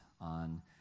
on